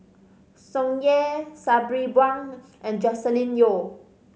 Tsung Yeh Sabri Buang and Joscelin Yeo